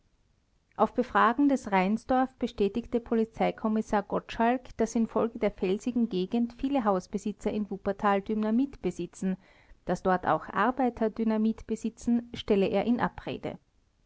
auf befragen des reinsdorf bestätigte polizeikommissar gottschalk daß infolge der felsigen gegend viele hausbesitzer im wuppertal dynamit besitzen daß dort auch arbeiter dynamit besitzen stelle er in abrede